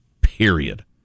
period